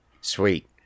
Sweet